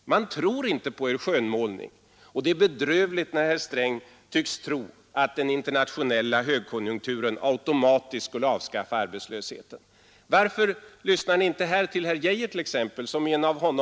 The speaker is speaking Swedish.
Man tror inte på er skönmålning. Det är bedrövligt när herr Sträng tycks mena att den internationella högkonjunkturen automatiskt skulle avskaffa arbetslösheten. Varför Måndagen den å 4 juni 1973 senaste årens höga arbetslöshet?